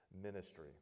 ministry